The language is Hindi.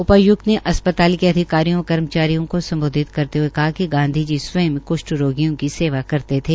उपाय्क्त ने अस्पताल के अधिकारियों व कर्मचारियों को सम्बोधित करते हये कहा कि गांधी जी स्वंय क्ष्ठ रोगियों की सेवा करते थे